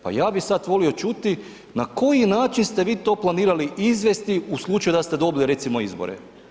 Pa ja bi sad volio čuti na koji način ste vi to planirali izvesti u slučaju da ste dobili recimo izbore?